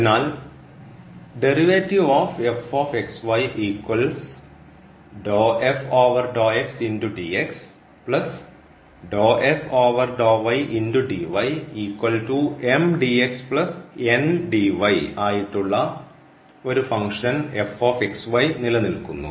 അതിനാൽ ആയിട്ടുള്ള ഒരു ഫങ്ക്ഷൻ നിലനിൽക്കുന്നു